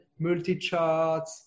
Multicharts